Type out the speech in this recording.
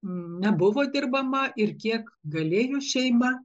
nebuvo dirbama ir kiek galėjo šeima